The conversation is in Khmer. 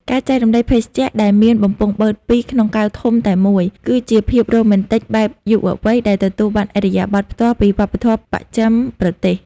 ការចែករំលែកភេសជ្ជៈដែលមានបំពង់បឺតពីរក្នុងកែវធំតែមួយ គឺជាភាពរ៉ូមែនទិកបែបយុវវ័យដែលទទួលបានឥទ្ធិពលផ្ទាល់ពីវប្បធម៌បស្ចិមប្រទេស។